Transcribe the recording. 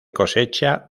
cosecha